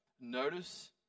notice